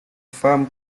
femme